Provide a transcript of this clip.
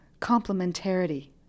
complementarity